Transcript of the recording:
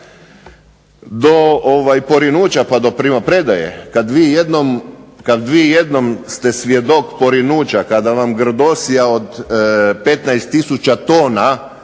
do porinuća pa do primopredaje, kad vi jednom ste svjedok porinuća, kada vam grdosija od 15000 tona